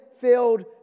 filled